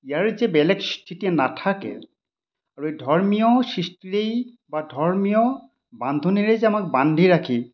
ইয়াৰ যে বেলেগ স্থিতি নাথাকে আৰু এই ধৰ্মীয় সৃষ্টিৰেই বা ধৰ্মীয় বান্ধোনেৰেই যে আমাক বান্ধি ৰাখি